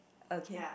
okay